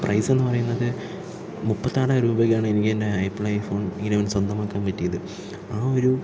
price എന്നു പറയുന്നത് മുപ്പത്താറായിരം രൂപയ്ക്കാണ് എനിക്കെൻ്റെ ആപ്പിൾ ഐഫോൺ ഇലവൺ സ്വന്തമാക്കാൻ പറ്റിയത് ആ ഒരു